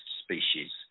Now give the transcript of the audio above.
species